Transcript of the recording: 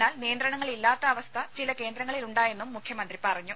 എന്നാൽ നിയന്ത്രണങ്ങൾ ഇല്ലാത്ത അവസ്ഥ ചില കേന്ദ്രങ്ങളിലുണ്ടായെന്നും മുഖ്യമന്ത്രി പറഞ്ഞു